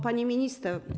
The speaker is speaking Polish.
Pani Minister!